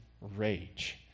rage